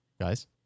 Guys